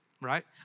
right